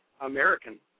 American